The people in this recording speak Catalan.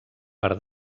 per